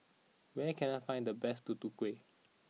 where can I find the best Tutu Kueh